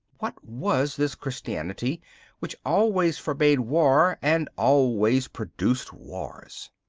what was this christianity which always forbade war and always produced wars?